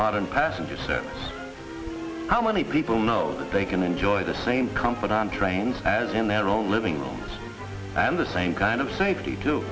modern passenger so how many people know that they can enjoy the same company on trains in their own living rooms and the same kind of safety